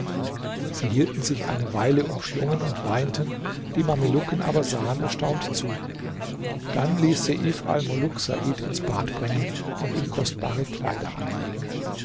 sie hielten sich eine weile umschlungen und weinten die mamelucken aber sahen erstaunt zu dann ließ seif almuluk said ins bad bringen und ihm kostbare kleider anlegen